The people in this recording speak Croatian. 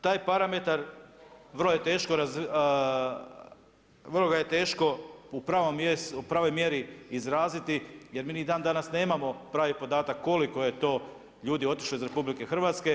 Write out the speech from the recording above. Taj parametar vrlo ga je teško u pravoj mjeri izraziti jer mi ni dan danas nemamo pravi podatak koliko je to ljudi otišlo iz RH.